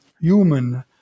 human